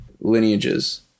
lineages